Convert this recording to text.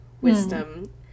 wisdom